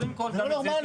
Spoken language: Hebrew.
זה לא נורמלי.